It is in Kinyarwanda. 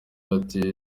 ati